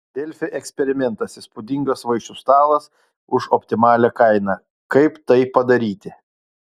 delfi eksperimentas įspūdingas vaišių stalas už optimalią kainą kaip tai padaryti